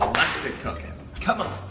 get cookin'. come on.